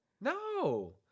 No